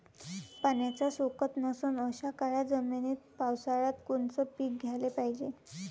पाण्याचा सोकत नसन अशा काळ्या जमिनीत पावसाळ्यात कोनचं पीक घ्याले पायजे?